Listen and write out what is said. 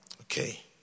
Okay